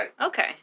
Okay